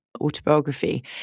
autobiography